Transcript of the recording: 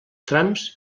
trams